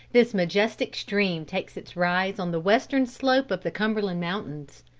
this majestic stream takes its rise on the western slope of the cumberland mountains.